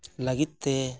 ᱞᱟᱹᱜᱤᱫ ᱛᱮ